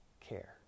care